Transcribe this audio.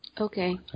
Okay